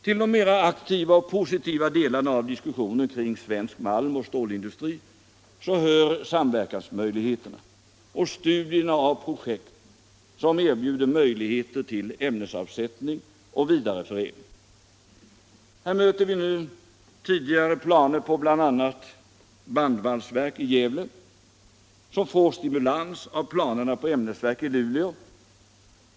Till de mera aktiva och positiva delarna av diskussionen om svensk malmoch stålindustri hör samverkansmöjligheterna och studierna av projekt som erbjuder möjligheter till ämnesavsättning och vidareförädling. Här möter vi nu tidigare planer på bl.a. bandvalsverk i Gävle, som får stimulans av planerna på ämnesverk i Luleå.